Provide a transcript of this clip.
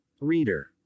Reader